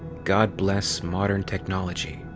god bless modern technology!